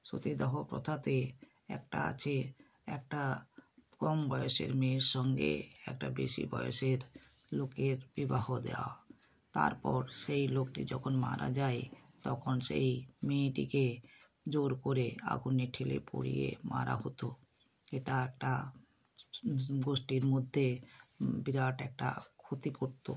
সতীদাহ প্রথাতে একটা যে একটা কম বয়সের মেয়ের সঙ্গে একটা বেশি বয়সের লোকের বিবাহ দেওয়া তারপর সেই লোকটি যখন মারা যায় তখন সেই মেয়েটিকে জোর করে আগুনে ঠেলে পুড়িয়ে মারা হতো এটা একটা গোষ্ঠীর মধ্যে বিরাট একটা ক্ষতি করত